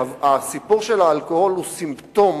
שהסיפור של האלכוהול הוא סימפטום